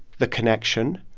the connection.